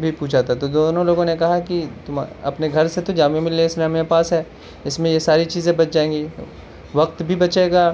بھی پوچھا تھا تو دونوں لوگوں نے کہا کہ تم اپنے گھر سے تو جامعہ ملیہ اسلامیہ پاس ہے اس میں یہ ساری چیزیں بچ جائیں گی وقت بھی بچے گا